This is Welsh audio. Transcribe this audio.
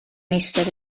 eistedd